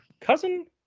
cousin